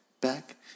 back